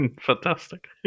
Fantastic